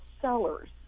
sellers